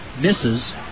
misses